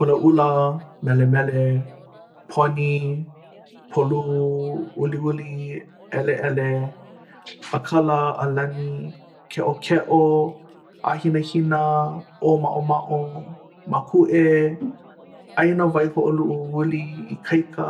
ʻulaʻula, melemele. poni polū, uliuli, ʻeleʻele. ʻākala, ʻalani, keʻokeʻo. ʻāhinahina, ʻōmaʻomaʻo, makuʻe aia nā waihoʻoluʻu uli ikaika